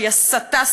שהיא הסתה,